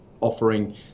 offering